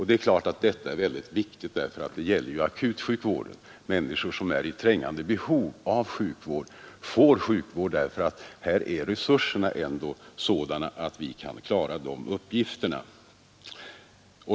Det är naturligtvis också viktigt att komma ihåg akutsjukvården och människor som är i trängande behov av sjukvård. Här är resurserna sådana att vi kan klara de uppgifterna.